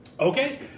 Okay